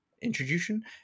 Introduction